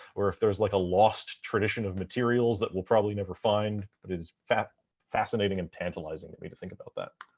or if there's like a lost tradition of materials that we'll probably never find, but it is fascinating and tantalizing that me to think about that.